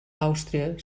àustria